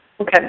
Okay